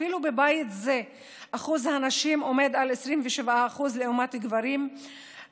אפילו בבית זה אחוז הנשים עומד על 27% לעומת הגברים,